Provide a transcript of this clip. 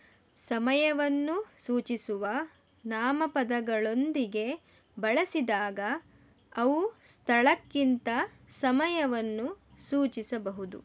ಸಮಯವನ್ನು ಸೂಚಿಸುವ ನಾಮಪದಗಳೊಂದಿಗೆ ಬಳಸಿದಾಗ ಅವು ಸ್ಥಳಕ್ಕಿಂತ ಸಮಯವನ್ನು ಸೂಚಿಸಬಹುದು